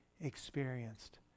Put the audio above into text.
experienced